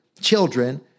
children